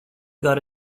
got